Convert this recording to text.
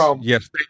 yes